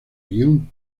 guion